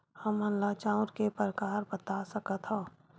हमन ला चांउर के प्रकार बता सकत हव?